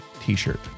t-shirt